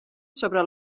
sobre